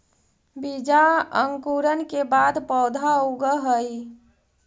बीजांकुरण के बाद पौधा उगऽ हइ